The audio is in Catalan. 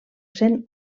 sent